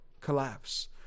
collapse